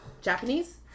Japanese